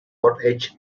portage